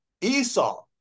Esau